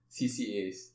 CCAs